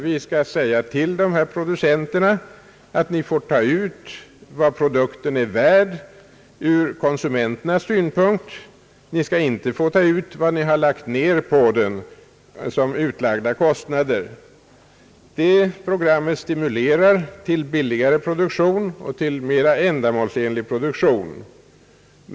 Vi skall säga till dessa producenter att de får ta ut vad dessa produkter är värda ur konsumenternas synpunkt men att de inte alltid skall få ta ut vad de har lagt ner på dem. Detta program stimulerar till billigare produktion och till mera ändamålsenlig produktion.